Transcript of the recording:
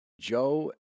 Joe